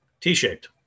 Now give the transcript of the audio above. T-shaped